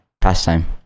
pastime